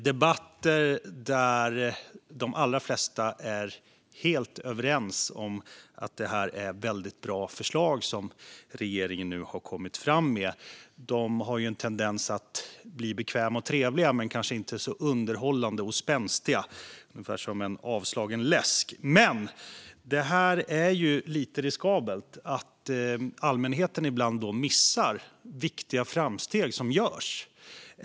Debatter där de allra flesta är helt överens om att det är väldigt bra förslag som regeringen har lagt fram har en tendens att bli bekväma och trevliga men kanske inte så underhållande och spänstiga - ungefär som en avslagen läsk. Men det är lite riskabelt att allmänheten då ibland missar viktiga framsteg som görs.